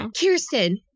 Kirsten